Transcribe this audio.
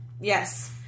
Yes